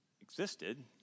existed